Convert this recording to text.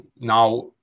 now